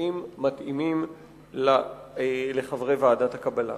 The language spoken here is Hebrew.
נראים מתאימים לחברי ועדת הקבלה.